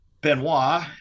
Benoit